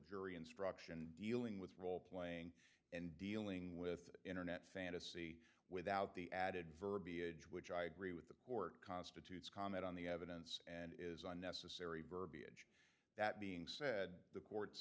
jury instruction dealing with roleplaying and dealing with internet fantasy without the added verbiage which i agree with the court constitutes comment on the evidence is unnecessary verbiage that being said the court